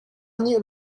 nih